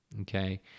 Okay